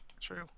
true